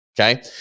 okay